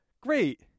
Great